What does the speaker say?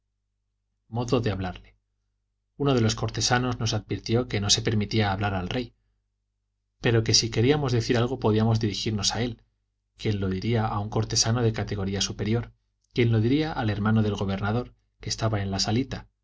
modo de hablarle uno de los cortesanos nos advirtió que no se permitía hablar al rey pero que si queríamos decir algo podíamos dirigirnos a él quien lo diría a un cortesano de categoría superior quien lo diría al hermano del gobernador que estaba en la salita